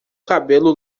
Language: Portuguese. cabelo